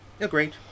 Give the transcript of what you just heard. Agreed